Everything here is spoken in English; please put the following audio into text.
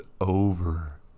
over